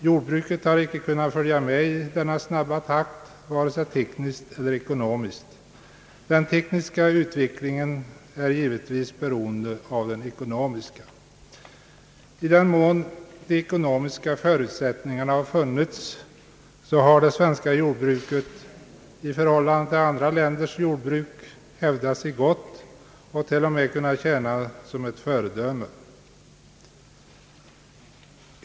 Jordbruket har icke kunnat följa med i denna snabba takt, vare sig tekniskt eller ekonomiskt. Den tekniska utvecklingen är givetvis beroende av den ekonomiska. I den mån de ekonomiska förutsättningarna har funnits har det svenska jordbruket i förhållande till andra länders jordbruk hävdat sig gott och till och med kunnat tjäna som ett föredöme.